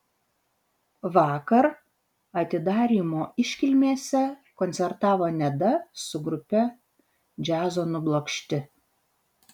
vakar atidarymo iškilmėse koncertavo neda su grupe džiazo nublokšti